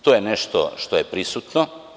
To je nešto što je prisutno.